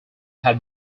had